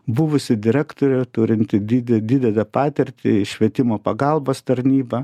buvusį direktorių turintį dide didelę patirtį švietimo pagalbos tarnybą